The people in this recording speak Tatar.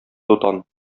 дутан